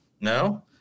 No